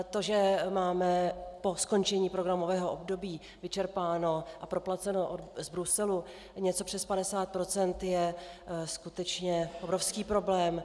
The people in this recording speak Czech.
To, že máme po skončení programového období vyčerpáno a proplaceno z Bruselu něco přes 50 %, je skutečně obrovský problém.